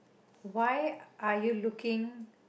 why are you looking